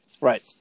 Right